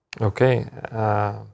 Okay